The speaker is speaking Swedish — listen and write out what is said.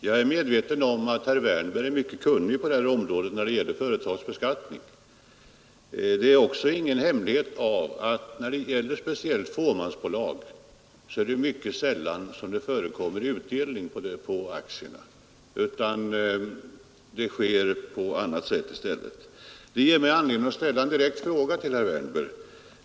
Fru talman! Jag är medveten om att herr Wärnberg är mycket kunnig när det gäller företagsbeskattning. Det är dock ingen hemlighet att det speciellt i fåmansbolag mycket sällan förekommer någon utdelning på aktier, utan vinsten används i stället på annat sätt. Det ger mig anledning att ställa en direkt fråga till herr Wärnberg.